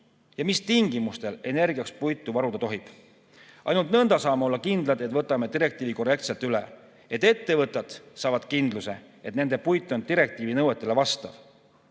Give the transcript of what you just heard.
ja mis tingimustel energia tootmiseks puitu varuda tohib. Ainult nõnda saame olla kindlad, et võtame direktiivi korrektselt üle ja et ettevõtjad saavad kindluse, et nende puit vastab direktiivi nõuetele.